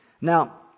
Now